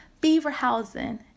Beaverhausen